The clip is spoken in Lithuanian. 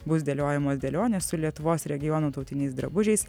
bus dėliojamos dėlionės su lietuvos regionų tautiniais drabužiais